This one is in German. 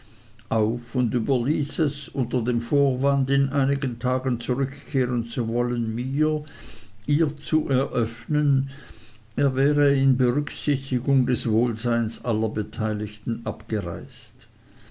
auf und überließ es unter dem vorwand in einigen tagen zurückkehren zu wollen mir ihr zu eröffnen er wäre in berücksichtigung des wohlseins aller beteiligten abgereist